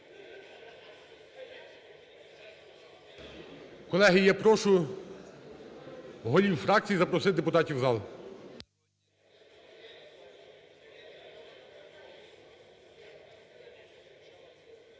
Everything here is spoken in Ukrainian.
Колеги, я прошу голів фракцій запросити депутатів в зал.